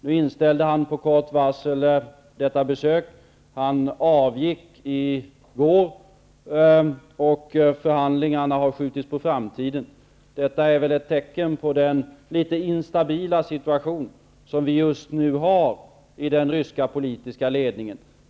Han inställde med kort varsel detta besök -- han avgick i går, och förhandlingarna har skjutits på framtiden. Detta är väl ett tecken på den litet instabila situation som man just nu har i den ryska politiska ledningen.